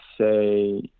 say